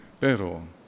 Pero